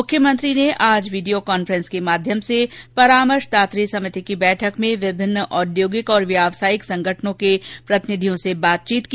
मुख्यमंत्री ने आज वीडियो क्रांफ्रेंस के माध्यम से परामर्शदात्री समिति की बैठक में विभिन्न औद्योगिक और व्यावसायिक संगठनों के प्रतिनिधियों से बातचीत की